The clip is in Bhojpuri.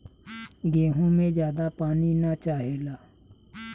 गेंहू में ज्यादा पानी ना चाहेला